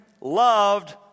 loved